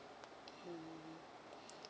mm